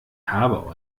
habe